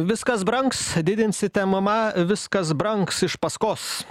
viskas brangs didinsite mma viskas brangs iš paskos